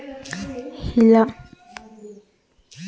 ಭಾರತದ ದಕ್ಷಿಣ ಭಾಗದ ವಲಯಗಳು ಸಮಶೀತೋಷ್ಣ ವಾತಾವರಣವನ್ನು ಹೊಂದಿದ್ದು ಸುಖಕರವಾಗಿದೆ